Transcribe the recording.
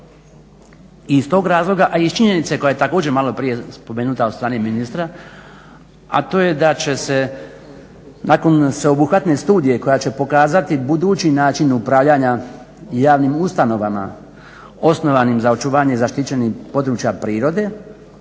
I iz tog razloga, a i iz činjenice koja je također maloprije spomenuta od strane ministra, a to je da će se nakon sveobuhvatne studije koja će pokazati budući način upravljanja javnim ustanovama osnovanim za zaštićena područja prirode